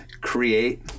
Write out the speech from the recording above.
create